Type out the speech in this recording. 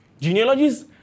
Genealogies